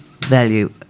value